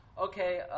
Okay